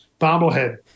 bobblehead